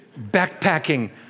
backpacking